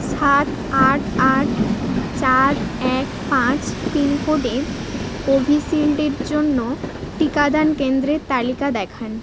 সাত আট আট চার এক পাঁচ পিনকোডে কোভিশিল্ডের জন্য টিকাদান কেন্দ্রের তালিকা দেখান